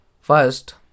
first